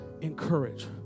Encourage